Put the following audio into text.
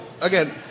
again